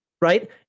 Right